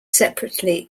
separately